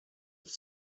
have